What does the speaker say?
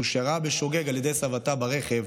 שהושארה בשוגג על ידי סבתה ברכב,